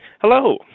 Hello